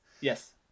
yes